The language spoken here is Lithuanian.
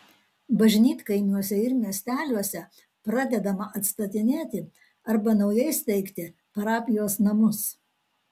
bažnytkaimiuose ir miesteliuose pradedama atstatinėti arba naujai steigti parapijos namus